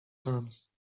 terms